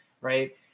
right